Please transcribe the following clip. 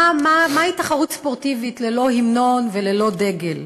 מהי תחרות ספורטיבית ללא המנון וללא דגל?